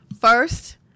First